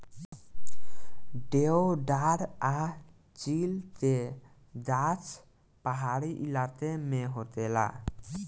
देवदार आ चीड़ के गाछ पहाड़ी इलाका में होखेला